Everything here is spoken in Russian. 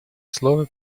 слово